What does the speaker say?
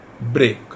break